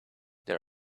there